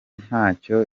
ntacyo